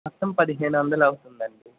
మొత్తం పదిహేను వందలు అవుతుందండీ